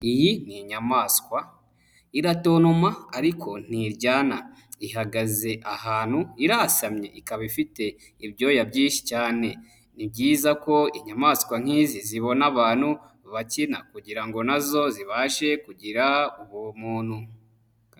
Iyi ni inyamaswa iratontoma ariko ntiryana. Ihagaze ahantu irasamye, ikaba ifite ibyuya byinshi cyane. Ni byiza ko inyamaswa nk'izi zibona abantu bakina, kugira ngo nazo zibashe kugira ubumuntu.